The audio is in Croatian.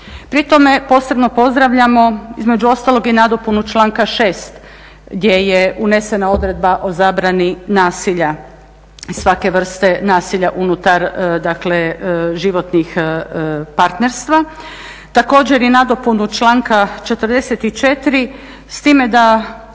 Pri tome posebno pozdravljamo između ostalog i nadopunu članka 6. gdje je unesena odredba o zabrani nasilja, svake vrste nasilja unutar dakle životnih partnerstva. Također i nadopunu članka 44. s time da